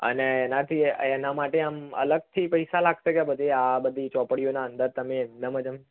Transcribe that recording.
અને એનાથી એના માટે અલગથી પૈસા લાગશે કે પછી આ બધી ચોપડીઓની અંદર તમે એમનામ જ